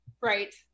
right